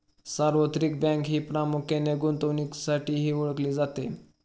सार्वत्रिक बँक ही प्रामुख्याने गुंतवणुकीसाठीही ओळखली जाते